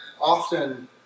often